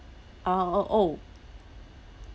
ah oh oh